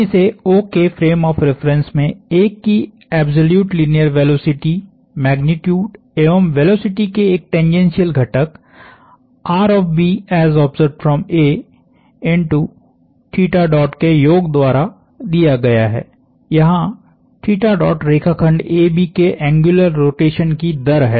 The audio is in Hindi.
इसे O के फ्रेम ऑफ़ रिफरेन्स में A की एब्सोल्यूट लीनियर वेलोसिटी मैग्नीट्यूड एवं वेलोसिटी के एक टेंजेंसीयल घटक के योग द्वारा दिया गया है यहाँ रेखाखंड AB के एंग्युलर रोटेशन की दर है